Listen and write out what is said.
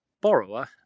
borrower